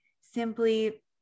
simply